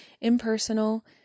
Impersonal